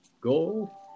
go